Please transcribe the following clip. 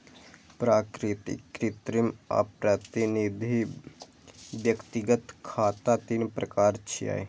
प्राकृतिक, कृत्रिम आ प्रतिनिधि व्यक्तिगत खाता तीन प्रकार छियै